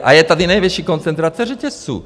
A je tady nejvyšší koncentrace řetězců.